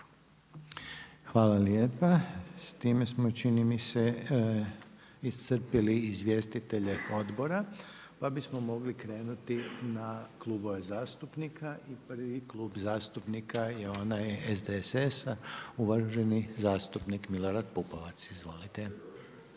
Hvala lijepa. S time smo čini mi se iscrpli izvjestitelje odbora, pa bismo mogli krenuti na klubove zastupnika i prvi klub zastupnika je onaj SDSS-a, uvaženi zastupnik Milorad Pupovac. Izvolite.